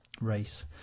race